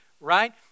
Right